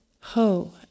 Ho